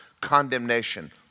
condemnation